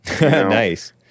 Nice